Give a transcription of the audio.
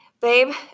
babe